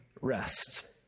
rest